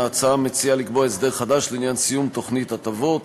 ההצעה מציעה לקבוע הסדר חדש לעניין סיום תוכנית הטבות